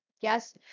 Yes